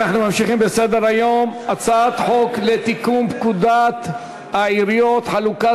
אנחנו ממשיכים בסדר-היום: הצעת חוק לתיקון פקודת העיריות (חלוקת